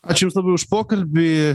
ačiū jums labai už pokalbį